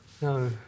No